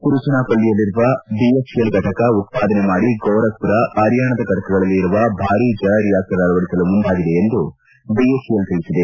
ತಿರುಚನಾಪಲ್ಲಿಯಲ್ಲಿರುವ BHEL ಫಟಕ ಉತ್ವಾದನೆ ಮಾಡಿ ಗೊರಖ್ಪುರ್ ಹರಿಯಾಣದ ಫೆಟಕಗಳಲ್ಲಿ ಇರುವ ಭಾರಿ ಜಲ ರೀಯಾಕ್ಷರ್ ಅಳವಡಿಸಲು ಮುಂದಾಗಿದೆ ಎಂದು ಬಿಎಚ್ಇಎಲ್ ತಿಳಿಸಿದೆ